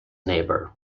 neighbor